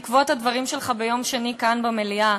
בעקבות הדברים שלך ביום שני כאן במליאה,